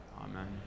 Amen